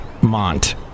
Mont